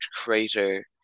crater